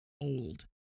old